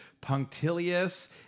punctilious